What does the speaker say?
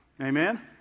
Amen